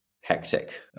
hectic